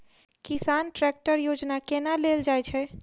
किसान ट्रैकटर योजना केना लेल जाय छै?